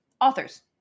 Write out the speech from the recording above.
Authors